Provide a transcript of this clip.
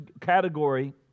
category